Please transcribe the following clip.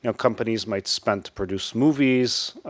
you know companies might spend to produce movies,